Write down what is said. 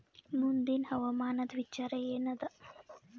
ಮುಂದಿನ ಹವಾಮಾನದ ವಿಚಾರ ಏನದ?